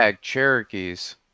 cherokees